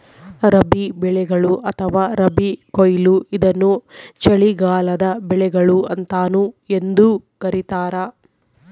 ರಬಿ ಬೆಳೆಗಳು ಅಥವಾ ರಬಿ ಕೊಯ್ಲು ಇದನ್ನು ಚಳಿಗಾಲದ ಬೆಳೆಗಳು ಅಂತಾನೂ ಎಂದೂ ಕರೀತಾರ